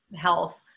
health